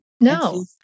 No